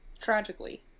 tragically